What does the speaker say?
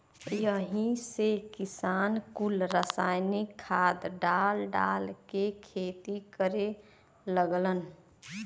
यही से किसान कुल रासायनिक खाद डाल डाल के खेती करे लगलन